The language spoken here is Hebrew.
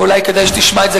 אולי כדאי שתשמע את זה,